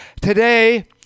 today